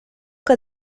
que